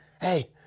hey